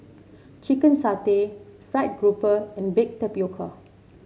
Chicken Satay fried grouper and Baked Tapioca